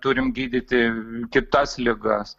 turim gydyti kitas ligas